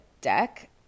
deck